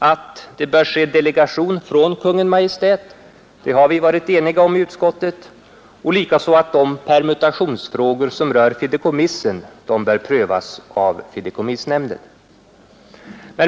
Att det bör ske delegation från Kungl. Maj:t har vi varit eniga om i utskottet och likaså att de permutationsfrågor som rör fideikommiss bör prövas av fideikommissnämnden.